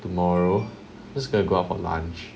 tomorrow just going to go out for lunch